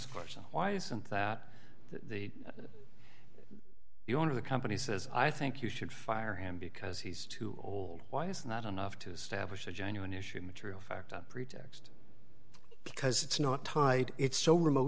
far so why isn't that the you want to the company says i think you should fire him because he's too old why it's not enough to establish a genuine issue material fact a pretext because it's not tied it's so remote